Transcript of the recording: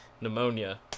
pneumonia